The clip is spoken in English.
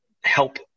help